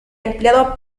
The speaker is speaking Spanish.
empleado